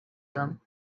them